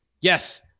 Yes